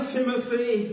Timothy